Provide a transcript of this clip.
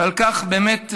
ועל כך באמת,